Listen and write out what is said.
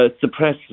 suppress